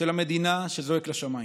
של המדינה, שזועק לשמיים.